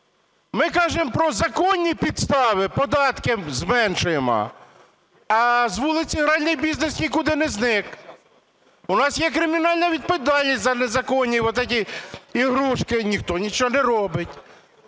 Ми кажемо про законні підстави, податки зменшуємо, а з вулиці гральний бізнес нікуди не зник. У нас є кримінальна відповідальність за незаконні вот эти игрушки. Никто ничего не робить.